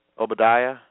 Obadiah